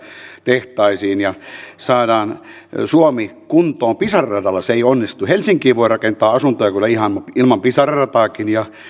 tehtaisiin ja saada suomi kuntoon pisara radalla se ei onnistu helsinkiin voi rakentaa asuntoja kyllä ihan ilman pisara rataakin ja